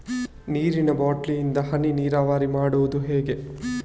ನೀರಿನಾ ಬಾಟ್ಲಿ ಇಂದ ಹನಿ ನೀರಾವರಿ ಮಾಡುದು ಹೇಗೆ?